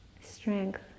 strength